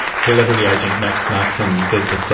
celebrity agent max markson said that,